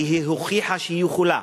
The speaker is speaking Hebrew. כי היא הוכיחה שהיא יכולה